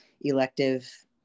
elective